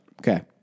Okay